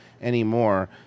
anymore